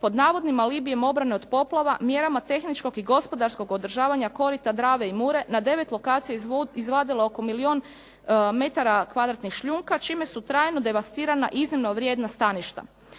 pod navodnim alibijem obrane od poplava, mjerama tehničkog i gospodarskog održavanja korita Drave i Mure na devet lokacija izvadile oko milijun metara kvadratnih šljunka čime su trajno devastirana iznimno vrijedna staništa.